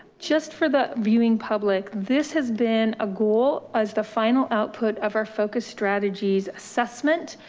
just for the viewing public, this has been a goal as the final output of our focus strategies assessment,